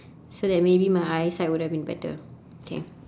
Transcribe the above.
so that maybe my eyesight would have been better okay